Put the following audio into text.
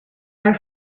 are